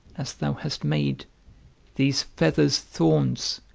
as thou hast made these feathers thorns,